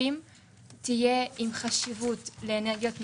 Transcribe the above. הכספים ובממשלה תהיה עם מתן חשיבות לאנרגיות מתחדשות,